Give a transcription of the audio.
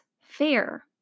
fair